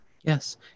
Yes